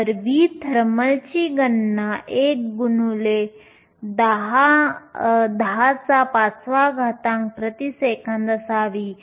तर v थर्मलची गणना 1 x 105 प्रति सेकंद असावी